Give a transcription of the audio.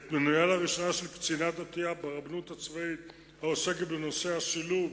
את מינויה לראשונה של קצינה דתייה ברבנות הצבאית העוסקת בנושא השילוב,